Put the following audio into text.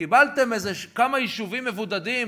קיבלתם כמה יישובים מבודדים,